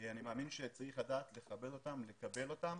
אני מאמין שצריך לדעת לכבד אותם, לקבל אותם